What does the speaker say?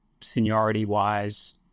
seniority-wise